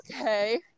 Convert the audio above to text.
okay